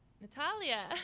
Natalia